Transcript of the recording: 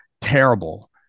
terrible